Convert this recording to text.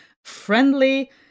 friendly